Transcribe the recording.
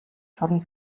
шоронд